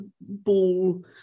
ball